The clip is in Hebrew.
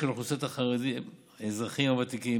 בדגש על אוכלוסיית האזרחים הוותיקים,